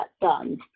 done